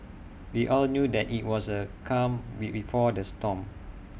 we all knew that IT was the calm be before the storm